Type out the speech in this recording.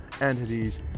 entities